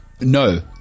No